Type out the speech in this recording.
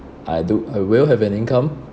I do I will have an income